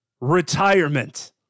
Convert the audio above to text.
retirement